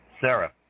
Sarah